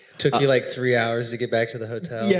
took you like three hours to get back to the hotel. yeah.